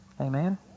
Amen